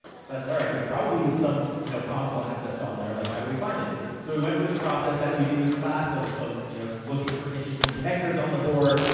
so, said, alright, there's probably some you know console access on there, like how do we find it? so we went through the process that we do in the class, of of you know looking for interesting connectors on the board.